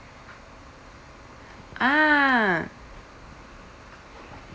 ah